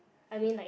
I mean like